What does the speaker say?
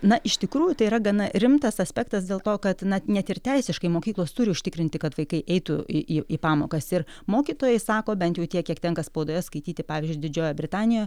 na iš tikrųjų tai yra gana rimtas aspektas dėl to kad na net ir teisiškai mokyklos turi užtikrinti kad vaikai eitų į į į pamokas ir mokytojai sako bent jau tiek kiek tenka spaudoje skaityti pavyzdžiui didžiojoje britanijoje